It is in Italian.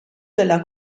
della